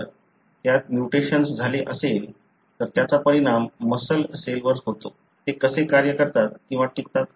जर त्यात म्युटेशन्स झाले असेल तर त्याचा परिणाम मसल सेलवर होतो ते कसे कार्य करतात किंवा टिकतात